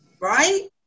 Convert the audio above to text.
Right